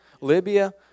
Libya